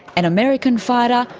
and american fighter,